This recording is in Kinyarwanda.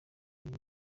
yari